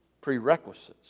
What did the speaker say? prerequisites